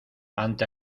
ante